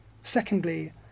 Secondly